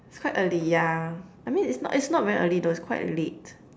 it's quite early yeah I mean it's not it's not very early though it's quite late